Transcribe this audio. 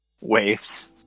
waves